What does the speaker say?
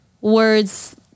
words